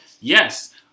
yes